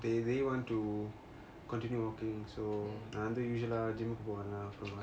they may want to continue working so நான் வந்து:naan vanthu usual eh gym கு போவாளா:ku povanla